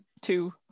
two